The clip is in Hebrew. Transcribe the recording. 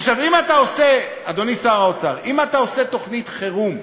עכשיו, אדוני שר האוצר, אם אתה עושה תוכנית חירום,